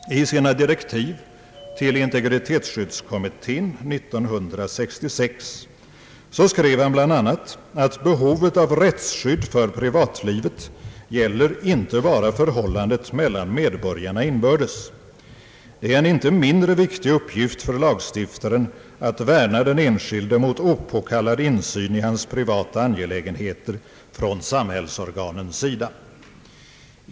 I sina direktiv till integritetsskyddskommittén 1966 skrev han bl.a.: Beho vet av rättsskydd för privatlivet gäller inte bara förhållandet mellan medborgarna inbördes. Det är en inte mindre viktig uppgift för lagstiftaren att värna den enskilde mot opåkallad insyn i hans privata angelägenheter från samhällsorganens sida.